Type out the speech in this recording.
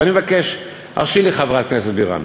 ואני מבקש, הרשי לי, חברת הכנסת בירן,